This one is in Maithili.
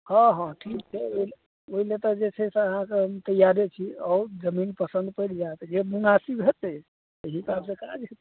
हँ हँ ठीक छै ओइ लए ओइ लए तऽ जे छै से अहाँके हम तैयारे छी आउ जमीन पसन्द पड़ि जायत जे मुनासिब हेतय तै हिसाबसँ काज हेतय